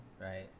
right